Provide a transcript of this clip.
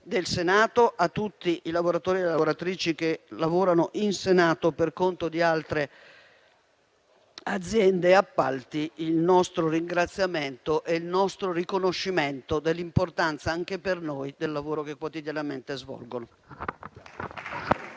del Senato, a tutti i lavoratori e le lavoratrici che lavorano in Senato per conto di altre aziende e appalti, il nostro ringraziamento e il nostro riconoscimento dell'importanza anche per noi del lavoro che quotidianamente svolgono.